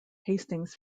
hastings